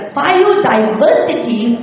biodiversity